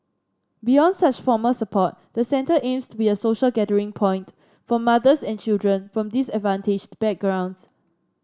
beyond such formal support the centre aims to be a social gathering point for mothers and children from disadvantaged backgrounds